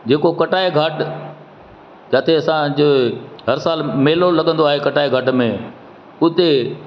जेको कटाई घाट जिते असांजो हर साल मेलो लॻंदो आहे कटाई घाट में हुते